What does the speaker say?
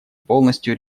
полностью